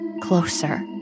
Closer